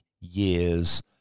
years